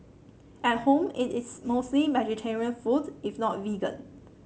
at home it is mostly vegetarian food if not vegan